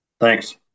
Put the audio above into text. Thanks